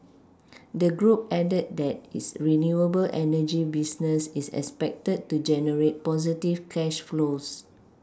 the group added that its renewable energy business is expected to generate positive cash flows